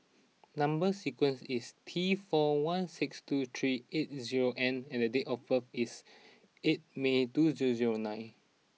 number sequence is T four one six two three eight zero N and date of birth is eight May two zero zero nine